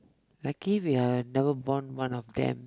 lucky we are never born one of them